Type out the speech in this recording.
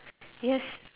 yes